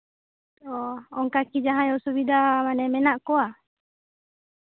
ᱚ ᱚᱱᱠᱟᱠᱤ ᱡᱟᱦᱟᱸᱭ ᱚᱥᱩᱵᱤᱫᱷᱟ ᱢᱮᱱᱟᱜ ᱠᱚᱣᱟ